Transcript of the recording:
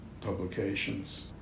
publications